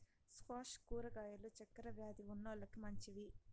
squash కూరగాయలు చక్కర వ్యాది ఉన్నోలకి మంచివి